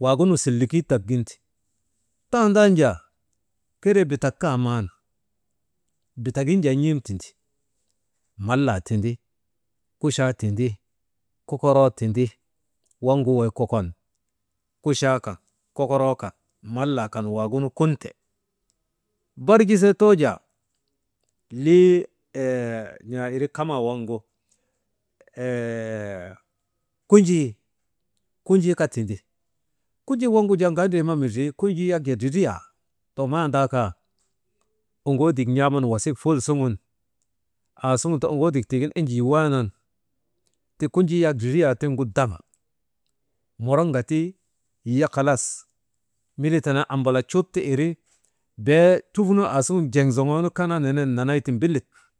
waagunu silikitdagin ti. Tandan jaa keree bitak ka man, bitagin jaa n̰em tindi, malaa tindi, kuchaa tindi, kokoroo tindi, waŋgu wey kokon, kuchaa kan, kokoroo kan malaa kan waagunu kunte. Barjisee too jaa «hesitation» kunjii kaa tindi, kunjii waagunu jaa, ŋandri ma mindri kunjii yak jaa dridriyaa tomandaa kaa oŋoodik n̰aaman wasik fulsuŋun ti oŋoodik tiigin enjii waanan ti kunjii yak dridriyaa tiŋgu daŋa moroŋati hilya halas miliii tenen ambalacut ti iri bee trufunun aasuŋ jiŋ zoŋoonu kanaa nenen nanayti mbilik.